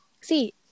See